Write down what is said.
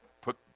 put